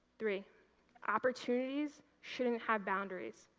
three opportunities shouldn't have boundaries.